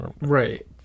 Right